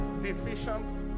decisions